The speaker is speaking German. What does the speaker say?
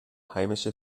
heimische